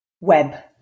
web